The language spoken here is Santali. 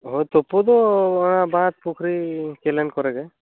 ᱦᱳᱭ ᱛᱩᱯᱩ ᱫᱚ ᱚᱱᱟ ᱵᱟᱸᱫᱽ ᱯᱩᱠᱷᱨᱤ ᱠᱮᱱᱮᱞ ᱠᱚᱨᱮ ᱜᱮ